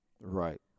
Right